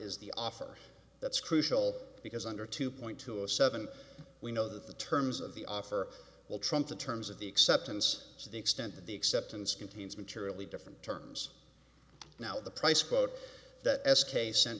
is the offer that's crucial because under two point two of seven we know that the terms of the offer will trump the terms of the acceptance to the extent that the acceptance contains materially different terms now the price quote that s k sent